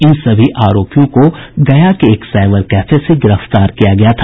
इन सभी आरोपियों को गया के एक साईबर कैफे से गिरफ्तार किया गया था